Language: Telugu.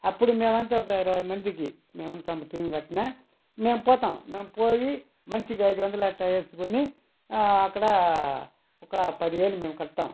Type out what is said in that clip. అప్పుడు మేవంతా ఒక ఇరవై మందికి మేము ఉంటాము టీంగా అట్నే మేం పోతాం మేం పోయి మనిషికి ఐదు వందలు అట్టా వేసుకొని అక్కడ ఒక పదివేలు మేము కడతాం